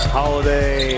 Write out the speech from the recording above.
Holiday